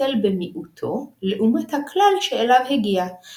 כמנהג שאב מוריש לבנו, ושאין לשנות ממנו.